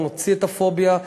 אנחנו נוציא את הפוביה.